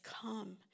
come